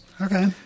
Okay